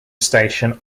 station